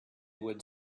would